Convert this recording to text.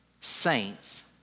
saints